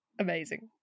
amazing